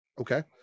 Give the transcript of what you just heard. Okay